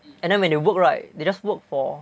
and then when they work right they just work for